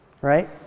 right